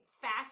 Fast